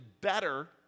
better